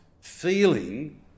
feeling